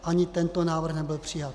Ani tento návrh nebyl přijat.